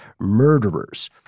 murderers